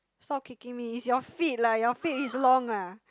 stop kicking me it's your feet lah your feet is long ah